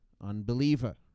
unbeliever